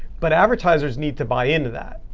but advertisers need to buy into that.